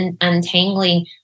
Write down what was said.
untangling